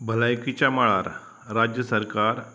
भलायकेच्या मळार राज्य सरकार